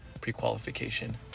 pre-qualification